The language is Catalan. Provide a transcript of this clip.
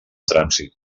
trànsit